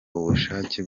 ubushake